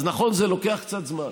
אז נכון, זה לוקח קצת זמן,